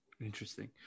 Interesting